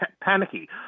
panicky